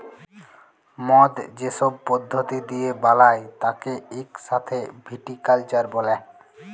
মদ যে সব পদ্ধতি দিয়ে বালায় তাকে ইক সাথে ভিটিকালচার ব্যলে